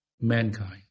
mankind